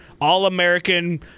all-american